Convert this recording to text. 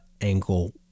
angle